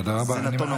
תודה רבה.